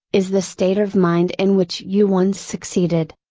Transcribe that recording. is the state of mind in which you once succeeded.